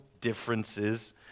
differences